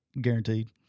Guaranteed